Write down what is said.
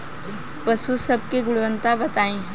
पशु सब के गुणवत्ता बताई?